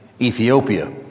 Ethiopia